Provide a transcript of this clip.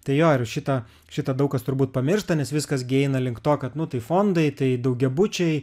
tai jo ir šitą šitą daug kas turbūt pamiršta nes viskas gi eina link to kad nu tai fondai tai daugiabučiai